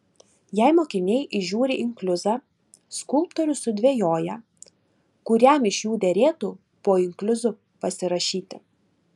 jei mokiniai įžiūri inkliuzą skulptorius sudvejoja kuriam iš jų derėtų po inkliuzu pasirašyti